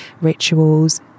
rituals